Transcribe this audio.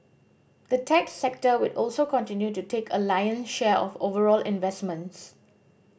the tech sector will also continue to take a lion's share of overall investments